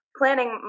planning